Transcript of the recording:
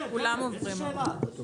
כן, איזה שאלה.